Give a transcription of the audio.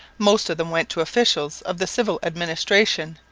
most of them went to officials of the civil administration,